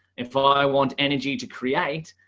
if i want energy to create,